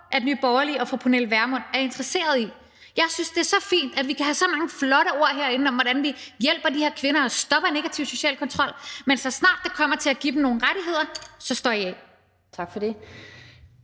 at Nye Borgerlige og fru Pernille Vermund er interesserede i. Jeg synes, det er så fint, at vi kan have så mange flotte ord herinde om, hvordan vi hjælper de her kvinder og stopper negativ social kontrol, men lige så snart det kommer til at give dem nogle rettigheder, så står I af. Kl.